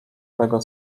tego